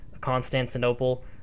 Constantinople